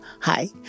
Hi